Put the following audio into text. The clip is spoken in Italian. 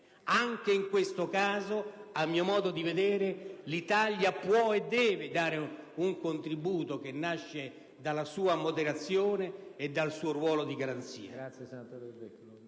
Anche in questo caso, l'Italia può e deve dare un contributo che nasce dalla sua moderazione e dal suo ruolo di garanzia.